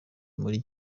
muri